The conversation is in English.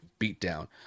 beatdown